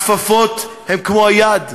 הכפפות הן כמו היד,